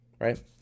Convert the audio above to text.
right